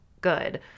good